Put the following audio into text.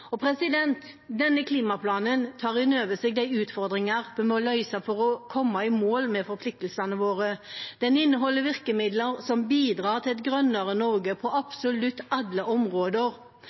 Denne klimaplanen tar innover seg de utfordringene vi må løse for å komme i mål med forpliktelsene våre. Den inneholder virkemidler som bidrar til et grønnere Norge på absolutt alle områder.